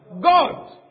God